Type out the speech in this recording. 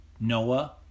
Noah